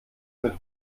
mit